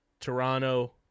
Toronto